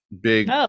big